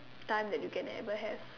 time you can ever have